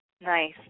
Nice